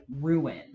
ruin